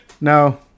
no